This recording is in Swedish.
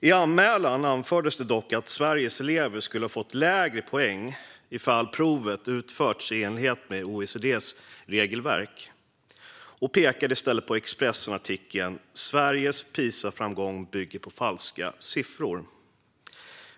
I anmälan anfördes det dock att Sveriges elever skulle ha fått lägre poäng ifall provet utförts i enlighet med OECD:s regelverk, och i stället pekades det på Expressenartikeln med rubriken: Sveriges PISA-framgång bygger på falska siffror.